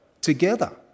together